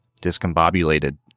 discombobulated